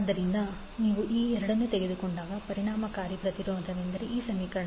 ಆದ್ದರಿಂದ ನೀವು ಈ ಎರಡನ್ನು ತೆಗೆದುಕೊಂಡಾಗ ಪರಿಣಾಮಕಾರಿ ಪ್ರತಿರೋಧವೆಂದರೆ Z1 j2||40